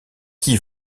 qui